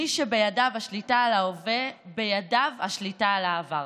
מי שבידיו השליטה על ההווה, בידיו השליטה על העבר.